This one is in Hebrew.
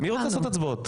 מי הולך לעשות הצבעות?